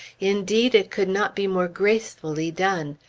indeed, it could not be more gracefully done!